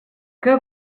que